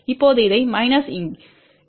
இப்போது இதை மைனஸ் இங்கே சொல் 2 Z1Y2